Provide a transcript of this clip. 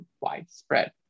widespread